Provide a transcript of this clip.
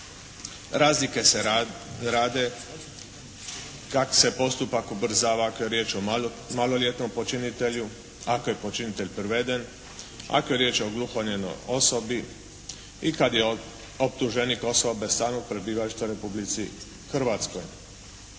Razlike se rade kad se postupak ubrzava ako je riječ o maloljetnom počinitelju, ako je počinitelj priveden, ako je riječ o gluhonijemoj osobi i kad je optuženik osoba bez stalnog prebivališta u Republici Hrvatskoj.